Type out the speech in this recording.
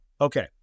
Okay